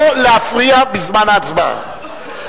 לא להפריע בזמן ההצבעה.